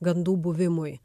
gandų buvimui